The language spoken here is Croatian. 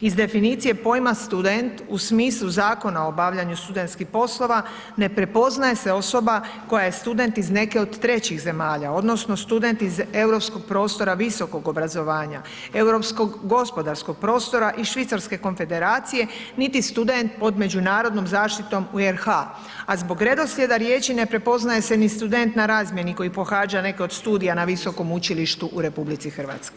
Iz definicije pojma student u smislu Zakona o obavljanju studentskih poslova, ne prepoznaje se osoba koja je student iz neke od trećih zemalja, odnosno student iz europskog prostora visokog obrazovanja, europskog gospodarskog prostora i Švicarske Konfederacije niti student pod međunarodnom zaštitom u RH, a zbog redoslijeda riječi ne prepoznaje se ni student na razmjeni koji pohađa neke od studija na visokom učilištu u RH.